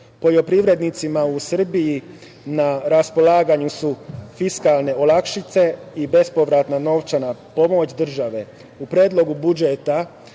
kovida. Poljoprivrednicima u Srbiji na raspolaganju su fiskalne olakšice i bespovratna novčana pomoć države. U Predlogu budžeta